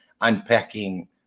unpacking